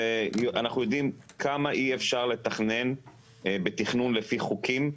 אנחנו יודעים כמה אי אפשר לתכנן בתכנון לפי חוקים.